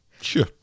Sure